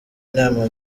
inama